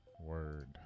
Word